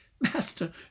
Master